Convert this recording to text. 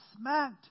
smacked